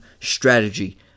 strategy